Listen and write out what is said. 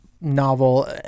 novel